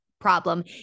problem